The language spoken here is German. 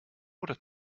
oder